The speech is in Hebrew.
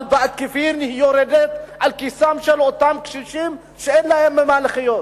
אבל בעקיפין היא יורדת על כיסם של אותם קשישים שאין להם ממה לחיות.